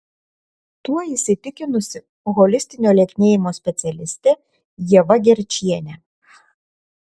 tuo įsitikinusi holistinio lieknėjimo specialistė ieva gerčienė